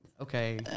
okay